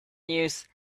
news